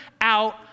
out